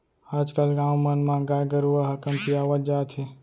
आज कल गाँव मन म गाय गरूवा ह कमतियावत जात हे